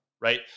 Right